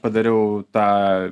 padariau tą